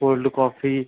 cold coffee